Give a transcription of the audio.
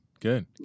Good